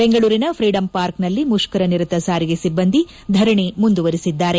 ಬೆಂಗಳೂರಿನ ಫ್ರೀಡಂ ಪಾರ್ಕ್ನಲ್ಲಿ ಮುಷ್ನರನಿರತ ಸಾರಿಗೆ ಸಿಬ್ಬಂದಿ ಧರಣಿ ಮುಂದುವರೆಸಿದ್ದಾರೆ